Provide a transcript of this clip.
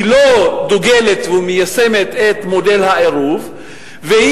היא לא דוגלת במודל העירוב ומיישמת אותו,